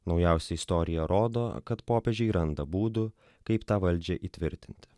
naujausia istorija rodo kad popiežiai randa būdų kaip tą valdžią įtvirtinti